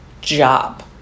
job